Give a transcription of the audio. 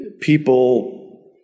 people